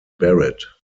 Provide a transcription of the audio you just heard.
beret